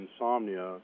insomnia